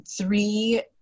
three